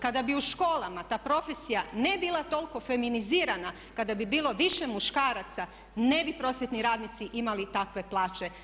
Kada bi u školama ta profesija ne bila toliko feminizirana, kada bi bilo više muškaraca ne bi prosvjetni radnici imali takve plaće.